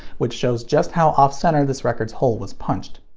which shows just how off-center this record's hole was punched.